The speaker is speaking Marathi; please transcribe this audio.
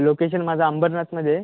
लोकेशन माझं अंबरनाथमध्ये आहे